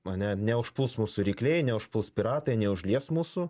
ane neužpuls mūsų rykliai neužpuls piratai neužlies mūsų